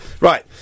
Right